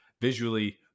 visually